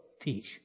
teach